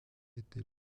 était